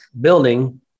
building